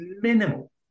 minimal